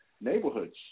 neighborhoods